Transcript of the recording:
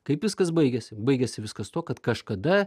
kaip viskas baigiasi baigiasi viskas tuo kad kažkada